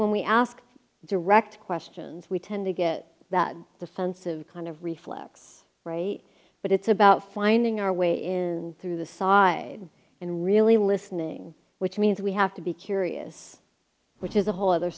when we ask direct questions we tend to get that the sense of kind of reflex right but it's about finding our way in through the side and really listening which means we have to be curious which is a whole other